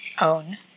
own